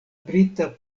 brita